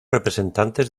representantes